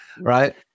right